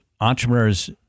entrepreneurs